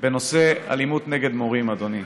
בנושא אלימות נגד מורים, אדוני.